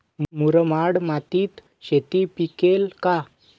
मुरमाड मातीत शेती पिकेल का?